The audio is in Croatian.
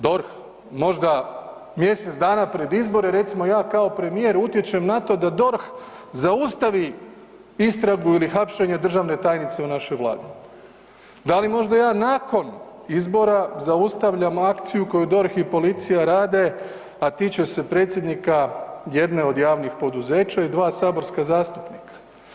DORH, možda mjesec dana pred izbore recimo ja kao premijer utječem na to da DORH zaustavi istragu ili hapšenje državne tajnice u našoj Vladi, da li možda ja nakon izbora zaustavljam akciju koju DORH i policija rade a tiče se predsjednika jedne od javnih poduzeća i dva saborska zastupnika.